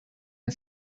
and